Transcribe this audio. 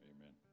Amen